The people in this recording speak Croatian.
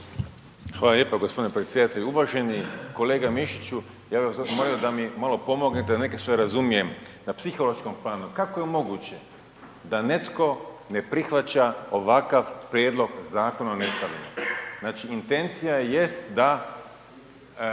Hvala lijepo g. predsjedatelju uvaženi. Kolega Mišiću, ja bih vas zamolio da mi malo pomognete, da neke sve razumijem, na psihološkom planu, kako je moguće da netko ne prihvaća ovakav prijedlog Zakona o nestalima? Znači intencija jest da